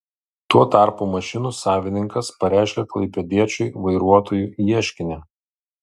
tuo tarpu mašinų savininkas pareiškė klaipėdiečiui vairuotojui ieškinį